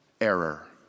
error